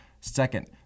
Second